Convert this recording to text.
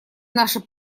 наши